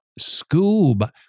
Scoob